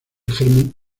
germen